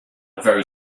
very